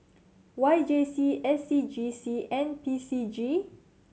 Y J C S C G C and P C G